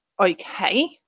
okay